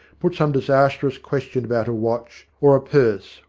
put some disastrous question about a watch, or a purse,